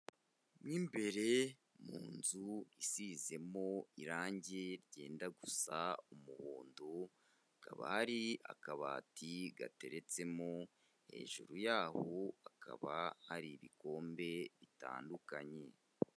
Mo imbere mu nzu isizemo irangi ryenda gusa umuhondo, hakaba hari akabati gateretsemo, hejuru yaho hakaba hari ibikombe bitandukanye.